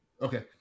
Okay